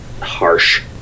harsh